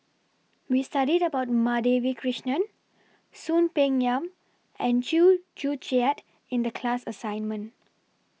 We studied about Madhavi Krishnan Soon Peng Yam and Chew Joo Chiat in The class assignment